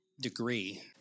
degree